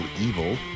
Evil